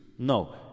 No